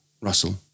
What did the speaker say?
Russell